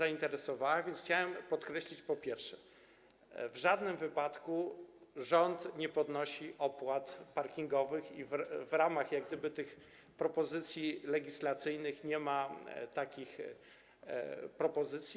A więc chciałem podkreślić, po pierwsze, że w żadnym wypadku rząd nie podnosi opłat parkingowych i w ramach tych propozycji legislacyjnych nie ma takich propozycji.